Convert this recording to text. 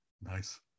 Nice